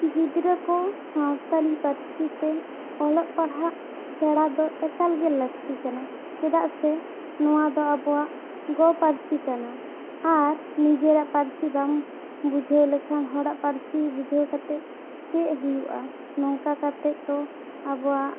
ᱜᱤᱫᱽᱨᱟᱹ ᱠᱚ ᱥᱟᱛᱟᱲᱤ ᱯᱟᱹᱨᱥᱤ ᱛᱮ ᱚᱞᱚᱜ ᱯᱟᱲᱦᱟᱜ ᱥᱮᱬᱟ ᱫᱚ ᱮᱠᱟᱞ ᱜᱮ ᱞᱟᱹᱠᱛᱤ ᱠᱟᱱᱟ ᱪᱮᱫᱟᱜ ᱥᱮ ᱱᱚᱣᱟ ᱫᱚ ᱟᱵᱚᱣᱟᱜ ᱜᱚ ᱯᱟᱹᱨᱥᱤ ᱠᱟᱱᱟ ᱟᱨ ᱱᱤᱡᱮᱨᱟᱜ ᱯᱟᱹᱨᱥᱤ ᱵᱟᱝ ᱵᱩᱡᱷᱟᱹᱣ ᱞᱮᱠᱷᱟᱱ ᱦᱚᱲᱟᱜ ᱯᱟᱹᱨᱥᱤ ᱵᱩᱡᱷᱟᱹᱣ ᱠᱟᱛᱮ ᱪᱮᱫ ᱦᱩᱭᱩᱜᱼᱟ ᱱᱚᱝᱠᱟ ᱠᱟᱛᱮ ᱛᱚ ᱟᱵᱚᱣᱟᱜ